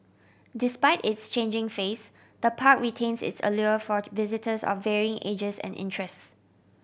despite its changing face the park retains its allure for visitors of varying ages and interests